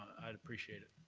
i would appreciate it.